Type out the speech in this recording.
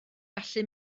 gallu